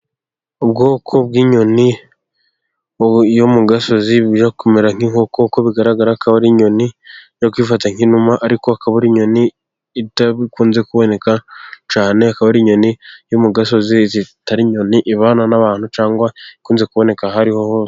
Ubwoko bw'inyoni yo mu gasozi, bujya kumera nk'inkoko uko bigaragara ko ari inyoni ijya kwifata nk'inuma, ariko akaba inyoni idakunze kuboneka cyane ,akaba ari inyoni yo mu gasozi itari inyoni ibana n'abantu, cyangwa ikunze kuboneka ahari ho hose.